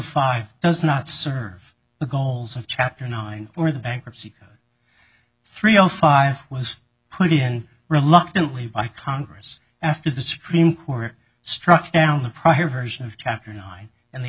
five does not serve the goals of chapter nine or the bankruptcy three o five was put in reluctantly by congress after the supreme court struck down the prior version of chapter nine and the